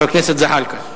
חבר הכנסת ג'מאל זחאלקה.